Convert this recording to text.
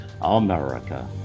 america